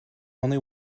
only